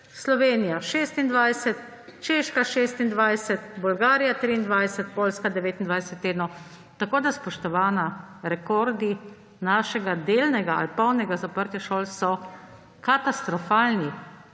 Slovenija 26, Češka 26, Bolgarija 23, Poljska 29 tednov. Tako da, spoštovana, rekordi našega delnega ali polnega zaprtja šol so katastrofalni.